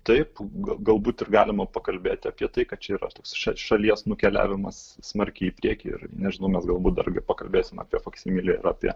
taip galbūt ir galima pakalbėti apie tai kad čia yra tas šalies nukeliavimas smarkiai į priekį ir nežinau mes galbūt dar pakalbėsim apie faksimilį ir apie